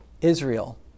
Israel